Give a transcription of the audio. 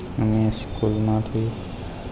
અમે સ્કૂલમાંથી